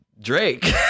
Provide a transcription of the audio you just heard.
drake